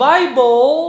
Bible